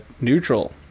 neutral